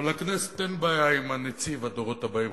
אבל לכנסת אין בעיה עם נציב הדורות הבאים,